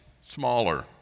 smaller